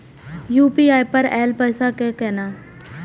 UPI पर आएल पैसा कै कैन?